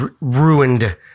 ruined